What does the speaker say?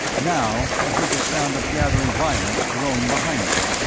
now i heard the sound of gathering violence growing behind me.